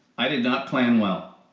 i did not plan well.